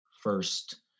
first